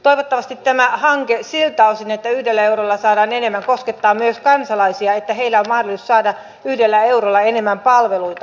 toivottavasti tämä hanke siltä osin että yhdellä eurolla saadaan enemmän koskettaa myös kansalaisia että heillä on mahdollisuus saada yhdellä eurolla enemmän palveluita